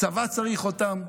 הצבא צריך אותם,